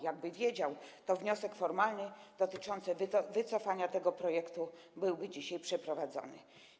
Jakby wiedział, to wniosek formalny dotyczący wycofania tego projektu byłby dzisiaj przeprowadzony.